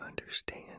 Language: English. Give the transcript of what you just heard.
understand